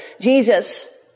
Jesus